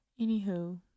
anywho